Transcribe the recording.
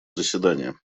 заседания